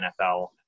NFL